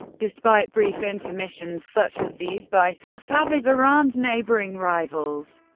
despite brief intermissions such as these by safavid iran's neighboring rivals,